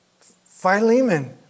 Philemon